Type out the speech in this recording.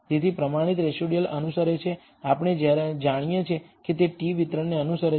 તેથી પ્રમાણિત રેસિડયુઅલ અનુસરે છે આપણે જાણીએ છીએ કે તે t વિતરણને અનુસરે છે